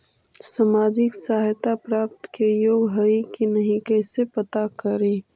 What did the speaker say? सामाजिक सहायता प्राप्त के योग्य हई कि नहीं कैसे पता करी?